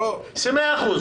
לא, יש הבדל.